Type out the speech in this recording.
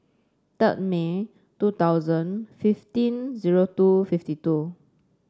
third May two thousand fifteen zero two fifty two